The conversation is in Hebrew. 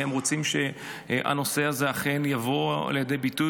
והם רוצים שהנושא הזה אכן יבוא לידי ביטוי